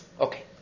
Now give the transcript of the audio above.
Okay